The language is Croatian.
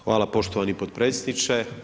Hvala poštovani potpredsjedniče.